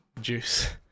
juice